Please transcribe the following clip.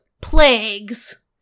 plagues